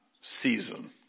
season